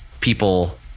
people